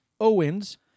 Owens